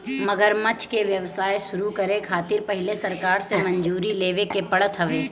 मगरमच्छ के व्यवसाय शुरू करे खातिर पहिले सरकार से मंजूरी लेवे के पड़त हवे